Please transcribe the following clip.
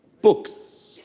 Books